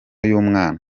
y’umwana